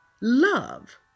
love